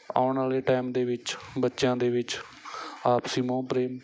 ਆਉਣ ਵਾਲੇ ਟਾਈਮ ਦੇ ਵਿੱਚ ਬੱਚਿਆਂ ਦੇ ਵਿੱਚ ਆਪਸੀ ਮੋਹ ਪ੍ਰੇਮ